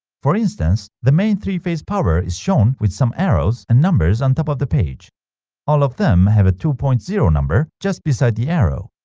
for instance the main three-phase power is shown with some arrows and numbers on top of the page all of them have a two point zero number just beside the arrow